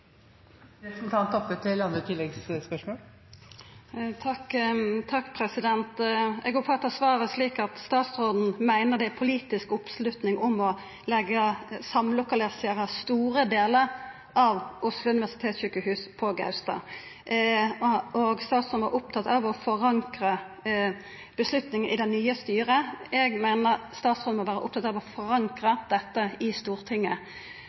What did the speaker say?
politisk oppslutning om å samlokalisera store delar av Oslo universitetssykehus på Gaustad. Statsråden var opptatt av å forankra vedtaket i det nye styret. Eg meiner statsråden må vera opptatt av å forankra dette i Stortinget,